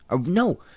No